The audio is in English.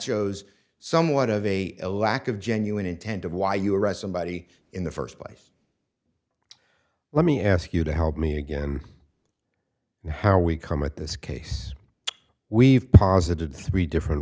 shows somewhat of a a lack of genuine intent of why you arrest somebody in the first place let me ask you to help me again and how we come at this case we've posited three different